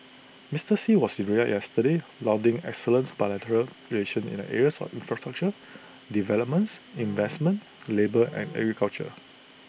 Mister Xi was in Riyadh yesterday lauding excellent's bilateral relations in the areas of infrastructure developments investments labour and agriculture